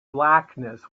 blackness